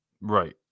Right